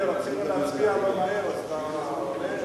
רצית להצביע מהר, אז אתה עולה?